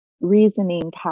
reasoning